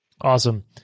Awesome